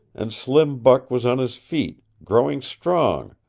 and slim buck was on his feet, growing strong,